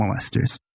molesters